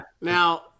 Now